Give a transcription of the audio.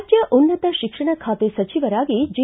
ರಾಜ್ಜ ಉನ್ನತ ಶಿಕ್ಷಣ ಖಾತೆ ಸಚಿವರಾಗಿ ಜಿ